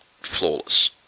flawless